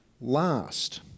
last